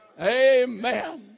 Amen